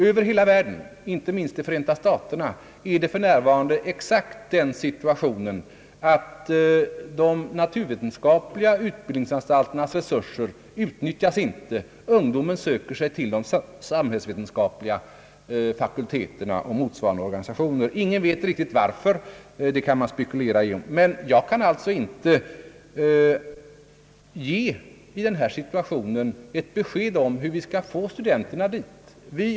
Över hela världen, inte minst i Förenta staterna, råder för närvarande den situationen att de naturvetenskapliga utbildningsanstalternas resurser inte utnyttjas. Ungdomen söker sig till de samhällsvetenskapliga fakulteterna och motsvarande organisationer. Ingen vet riktigt varför — det kan man spekulera i — men jag kan alltså inte i den här situationen ge en lösning på frågan hur vi skall få studenterna till de naturvetenskapliga fakulteterna.